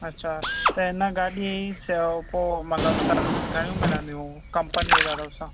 अच्छा त हिन गाॾीअ जूं पोइ मतिलबु सर्विस घणियूं मिलंदियूं कंपनीअ तरफ़ सां